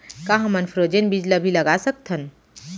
का हमन फ्रोजेन बीज ला भी लगा सकथन?